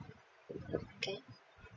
okay